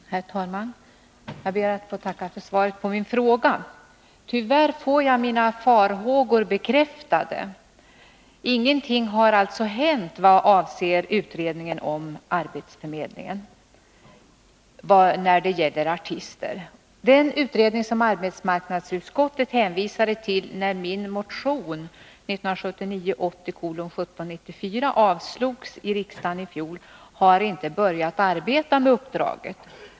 Herr talman! Jag ber att få tacka för svaret på min fråga. Tyvärr får jag mina farhågor bekräftade. Ingenting har alltså hänt vad avser utredningen om artistförmedlingen. Den utredning som arbetsmarknadsutskottet hänvisade till, när min motion 1979/80:1794 avslogs av riksdagen i fjol, har inte börjat arbeta med uppdraget.